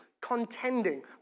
contending